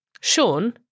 Sean